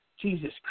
Jesus